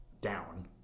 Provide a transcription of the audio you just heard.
down